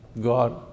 God